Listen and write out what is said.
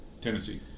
Tennessee